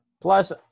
Plus